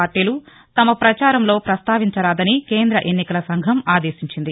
పార్టీలు తమ పచారంలో పస్తావించరాదని కేంద ఎన్నికల సంఘం ఆదేశించింది